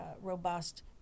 robust